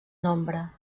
nombre